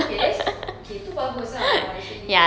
okay okay tu bagus ah actually